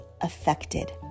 affected